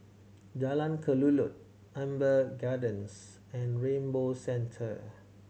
Jalan Kelulut Amber Gardens and Rainbow Centre